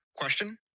Question